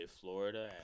Florida